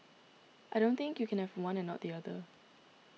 I don't think you can have one and not the other